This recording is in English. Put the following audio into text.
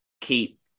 keep